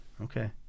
Okay